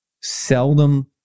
seldom